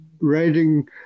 writing